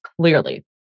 clearly